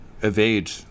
evade